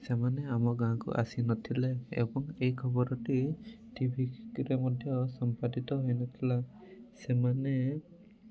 ସେମାନେ ଆମ ଗାଁକୁ ଆସିନଥିଲେ ଏବଂ ଏହି ଖବରଟି ଟିଭିରେ ମଧ୍ୟ ସମ୍ପାଦିତ ହୋଇନଥିଲା ସେମାନେ